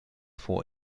vor